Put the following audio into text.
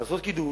לעשות קידוש.